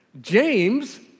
James